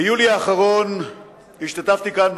ביולי האחרון השתתפתי כאן,